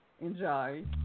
Enjoy